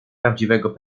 prawdziwego